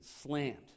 slammed